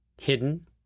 hidden